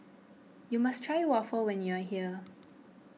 you must try Waffle when you are here